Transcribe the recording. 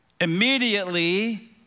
Immediately